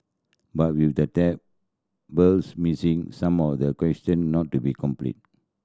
but with the tables missing some of the question not to be complete